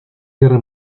guerra